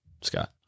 Scott